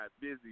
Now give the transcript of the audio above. busy